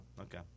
Okay